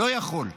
לא יכול.